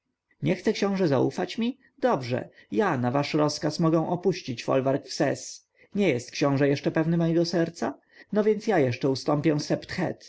nie chce książę zaufać mi dobrze ja na wasz rozkaz mogę opuścić folwarki w ses nie jest książę jeszcze pewny mego serca no więc ja jeszcze ustąpię